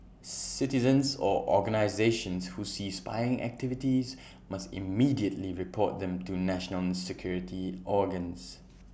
citizens or organisations who see spying activities must immediately report them to national security organs